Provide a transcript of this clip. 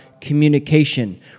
communication